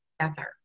together